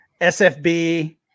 SFB